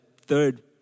third